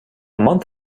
month